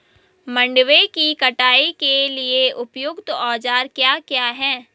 मंडवे की कटाई के लिए उपयुक्त औज़ार क्या क्या हैं?